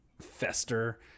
fester